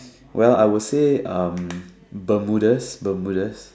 well I would say um bermudas bermudas